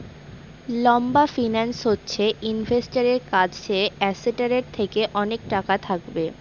লম্বা ফিন্যান্স হচ্ছে ইনভেস্টারের কাছে অ্যাসেটটার থেকে অনেক টাকা থাকবে